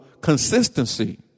consistency